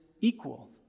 equal